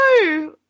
no